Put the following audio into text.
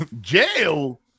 jail